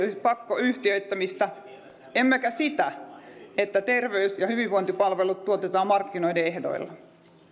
pakkoyhtiöittämistä emmekä sitä että terveys ja hyvinvointipalvelut tuotetaan markkinoiden ehdoilla